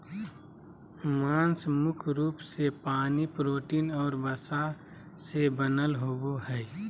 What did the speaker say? मांस मुख्य रूप से पानी, प्रोटीन और वसा से बनल होबो हइ